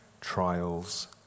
trials